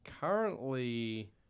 currently